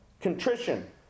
Contrition